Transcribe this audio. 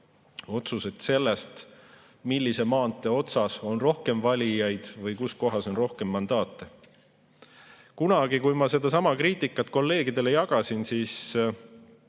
mõjutatud sellest, millise maantee otsas on rohkem valijaid või kus kohas on rohkem mandaate. Kunagi, kui ma sedasama kriitikat kolleegidega jagasin, öeldi